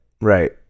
right